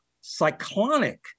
cyclonic